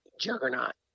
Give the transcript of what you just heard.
juggernaut